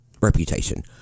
reputation